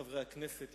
חברי חברי הכנסת,